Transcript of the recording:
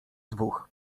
dwóch